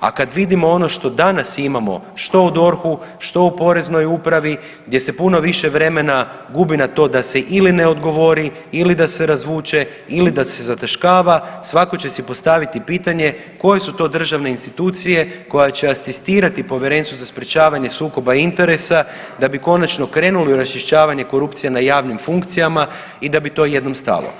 a kad vidimo ono što danas imamo što u DORH-u, što u Poreznoj upravi gdje se puno više vremena gubi na to da se ili ne odgovori ili da se razvuče ili da se zataškava svatko će si postaviti pitanje koje su to državne institucije koje će asistirati Povjerenstvu za sprječavanje sukoba interesa da bi konačno krenuli u raščišćavanje korupcija na javnim funkcijama i da bi to jednom stalo.